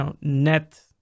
net